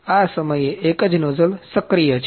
આ સમયે એક જ નોઝલ સક્રિય છે